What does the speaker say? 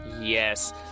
Yes